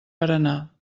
berenar